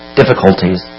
difficulties